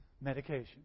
medication